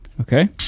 Okay